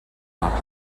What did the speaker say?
our